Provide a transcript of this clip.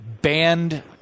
banned